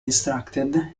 distracted